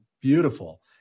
beautiful